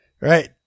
Right